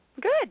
Good